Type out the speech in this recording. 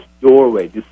doorway